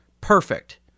perfect